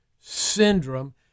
syndrome